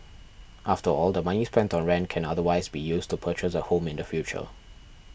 after all the money spent on rent can otherwise be used to purchase a home in the future